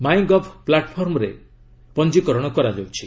ମାଇ Gov ପ୍ଲାଟଫର୍ମରେ ପଞ୍ଜିକରଣ କରାଯାଉଛି